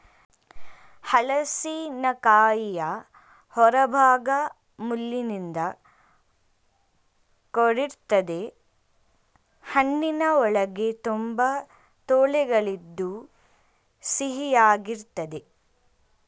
ಹಲಸಿನಕಾಯಿಯ ಹೊರಭಾಗ ಮುಳ್ಳಿನಿಂದ ಕೂಡಿರ್ತದೆ ಹಣ್ಣಿನ ಒಳಗೆ ತುಂಬಾ ತೊಳೆಗಳಿದ್ದು ಸಿಹಿಯಾಗಿರ್ತದೆ